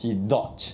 he dodge